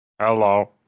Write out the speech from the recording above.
Hello